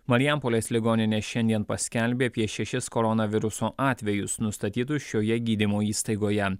marijampolės ligoninė šiandien paskelbė apie šešis koronaviruso atvejus nustatytus šioje gydymo įstaigoje